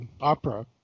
opera